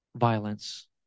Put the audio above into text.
violence